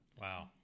Wow